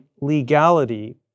legality